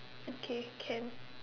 okay can